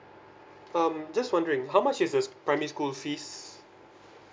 um just wondering how much is the primary school fees